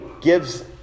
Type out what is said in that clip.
gives